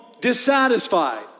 dissatisfied